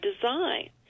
design